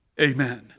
amen